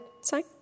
sign